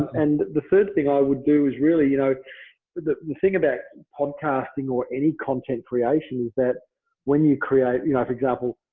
and the first thing i would do is really, you know the thing about and podcasting or any content creation is that when you create, you know if example,